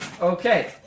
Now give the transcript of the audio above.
Okay